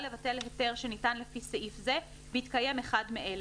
לבטל היתר שניתן לפי סעיף זה בהתקיים אחד מאלה: